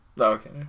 Okay